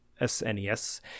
SNES